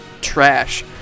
trash